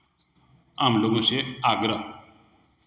आम लोगों से आग्रह